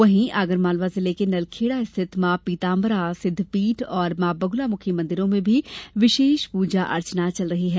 वहीं आगरमालवा जिले के नलखेड़ा स्थित मॉ पीतांबरा सिद्धपीठ और मॉ बगुलामुखी मंदिरों में भी विशेष पूजा अर्चना चल रही है